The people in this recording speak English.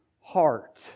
heart